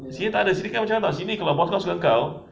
sini tak ada sini kan macam mana [tau] sini kalau boss suka kau